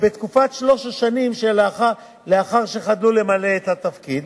בתקופת שלוש השנים לאחר שחדלו למלא את התפקיד.